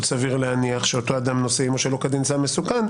סביר להניח שאותו אדם נושא עימו שלא כדין סם מסוכן,